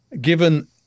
given